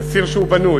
זה ציר בנוי.